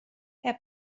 herr